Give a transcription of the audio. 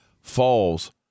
falls